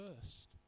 first